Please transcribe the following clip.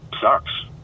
sucks